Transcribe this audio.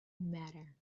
matter